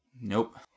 Nope